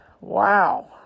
wow